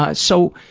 ah so,